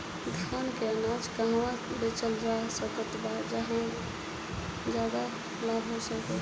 धान के अनाज के कहवा बेचल जा सकता जहाँ ज्यादा लाभ हो सके?